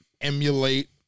emulate